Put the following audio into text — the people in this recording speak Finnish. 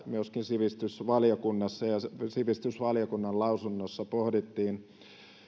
myöskin sivistysvaliokunnassa ja sivistysvaliokunnan lausunnossa pohdittiin